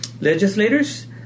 legislators